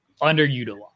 underutilized